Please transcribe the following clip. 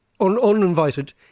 uninvited